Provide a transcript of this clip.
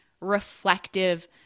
reflective